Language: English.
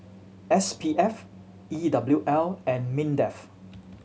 S P F E W L and MINDEF